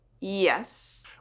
Yes